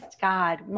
God